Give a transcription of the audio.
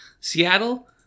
Seattle